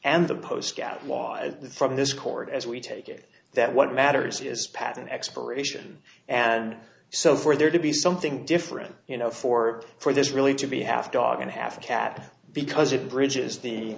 and the post scout law and from this court as we take it that what matters is patent expiration and so for there to be something different you know for for this really to be a half dog and a half cat because it bridges the